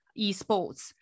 esports